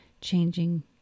changing